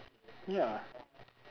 ya